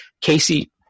Casey